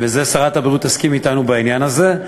ושרת הבריאות תסכים אתנו בעניין הזה,